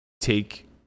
take